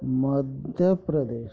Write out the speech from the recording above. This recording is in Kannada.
ಮಧ್ಯ ಪ್ರದೇಶ್